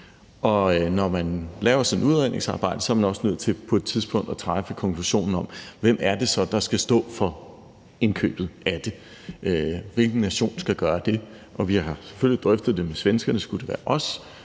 Når man laver sådan et udredningsarbejde, er man også nødt til på et tidspunkt at drage konklusionen om, hvem det så er, der skal stå for indkøbet af det. Hvilken nation skal gøre det? Vi har selvfølgelig drøftet det med svenskerne – skulle det være os;